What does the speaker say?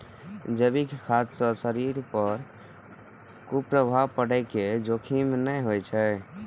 जैविक खाद्य सं शरीर पर कुप्रभाव पड़ै के जोखिम नै होइ छै